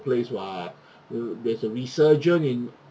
place [what] uh there's a resurgent in